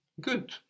Good